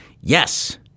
yes